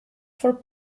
for